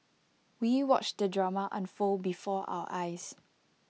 we watched the drama unfold before our eyes